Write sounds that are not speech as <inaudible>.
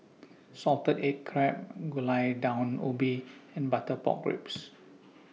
<noise> Salted Egg Crab and Gulai Daun Ubi and Butter Pork Ribs